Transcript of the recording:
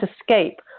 escape